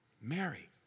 Mary